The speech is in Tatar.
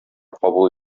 кабул